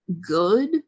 good